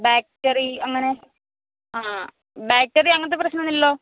battery അങ്ങനെ ആ battery അങ്ങനത്തെ പ്രശ്നമൊന്നുമില്ലല്ലോ